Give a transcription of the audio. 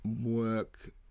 work